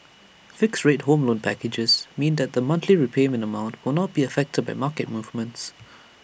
fixed rate home loan packages means that the monthly repayment amount will not be affected by market movements